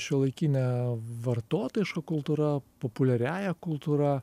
šiuolaikine vartotojiška kultūra populiariąja kultūra